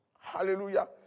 Hallelujah